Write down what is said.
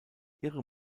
ihre